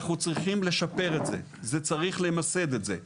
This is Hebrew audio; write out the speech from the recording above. אנחנו צריכים לשפר את זה, צריך למסד את זה.